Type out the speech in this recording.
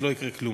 אז לא יקרה כלום.